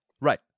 right